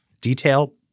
detail